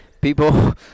people